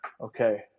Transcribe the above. okay